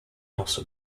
also